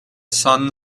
sun